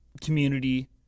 community